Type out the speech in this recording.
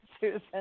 Susan